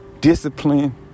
discipline